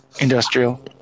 industrial